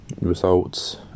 results